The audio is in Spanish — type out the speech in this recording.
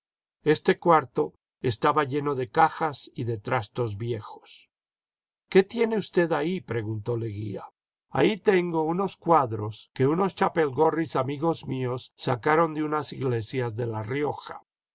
este cuarto estaba lleno de cajas y de trastos viejos qué tiene usted ahí preguntó leguía ahí tengo unos cuadros que unos chapelgorris amigos míos sacaron de unas iglesias de la rioja